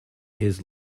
his